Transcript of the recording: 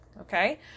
Okay